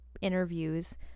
interviews